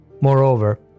Moreover